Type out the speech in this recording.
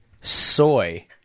soy –